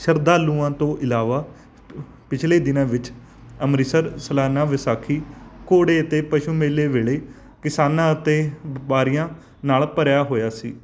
ਸ਼ਰਧਾਲੂਆਂ ਤੋਂ ਇਲਾਵਾ ਪਿਛਲੇ ਦਿਨਾਂ ਵਿੱਚ ਅੰਮ੍ਰਿਤਸਰ ਸਲਾਨਾ ਵਿਸਾਖੀ ਘੋੜੇ ਅਤੇ ਪਸ਼ੂ ਮੇਲੇ ਵੇਲੇ ਕਿਸਾਨਾਂ ਅਤੇ ਵਪਾਰੀਆਂ ਨਾਲ ਭਰਿਆ ਹੋਇਆ ਸੀ